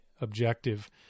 objective